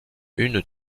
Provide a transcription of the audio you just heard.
une